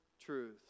truth